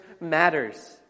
matters